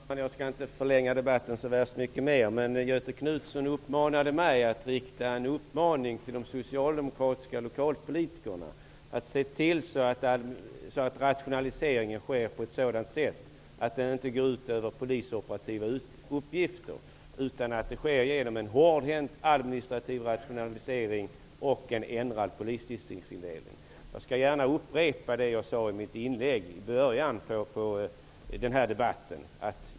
Herr talman! Jag skall inte förlänga debatten så mycket mer, men Göthe Knutson uppmanade mig att rikta en uppmaning till de socialdemokratiska lokalpolitikerna att se till att rationaliseringen sker på ett sådant sätt att den inte går ut över polisoperativa uppgifter. Den skall ske genom en hårdhänt administrativ rationalisering och genom en ändrad polisdistriktsindelning. Jag skall gärna upprepa det jag sade i mitt inlägg i början på denna debatt.